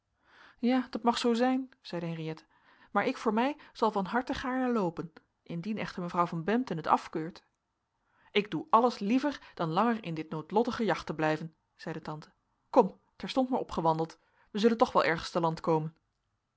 ja dat mag zoo zijn zeide henriëtte maar ik voor mij zal van harte gaarne loopen indien echter mevrouw van bempden het afkeurt ik doe alles liever dan langer in dit noodlottige jacht te blijven zeide tante kom terstond maar opgewandeld wij zullen toch wel ergens te land komen